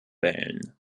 wählen